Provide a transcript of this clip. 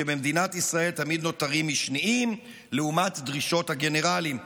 שבמדינת ישראל תמיד נותרים משניים לעומת דרישות הגנרלים.